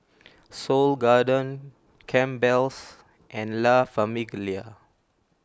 Seoul Garden Campbell's and La Famiglia